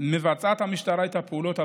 מבצעת המשטרה את הפעולות הבאות: